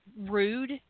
rude